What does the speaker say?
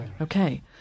Okay